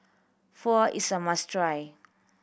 pho is a must try